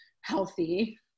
healthy